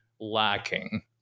lacking